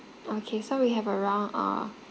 okay so we have around uh